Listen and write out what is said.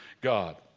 God